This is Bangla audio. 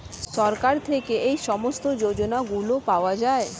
সরকার থেকে এই সমস্ত যোজনাগুলো পাওয়া যায়